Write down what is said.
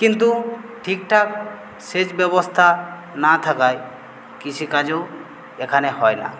কিন্তু ঠিক ঠাক সেচ ব্যবস্থা না থাকায় কৃষিকাজও এখানে হয় না